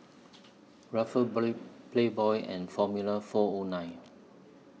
Ruffles Playboy and Formula four O nine